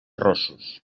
rossos